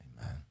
Amen